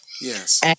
Yes